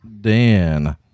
Dan